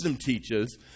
teaches